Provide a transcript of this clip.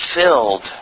filled